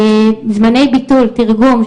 זמני ביטול תרגום,